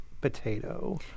potato